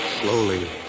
Slowly